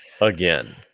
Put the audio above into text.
again